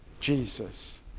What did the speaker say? Jesus